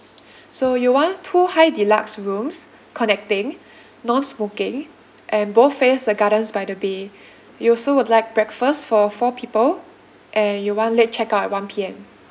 so you want two high deluxe rooms connecting non smoking and both face the gardens by the bay you also would like breakfast for four people and you want late check out at one P_M